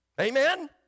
Amen